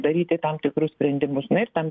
daryti tam tikrus sprendimus na ir tam